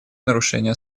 нарушения